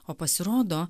o pasirodo